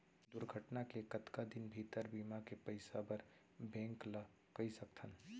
दुर्घटना के कतका दिन भीतर बीमा के पइसा बर बैंक ल कई सकथन?